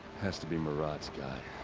has to be marad's guy.